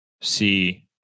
see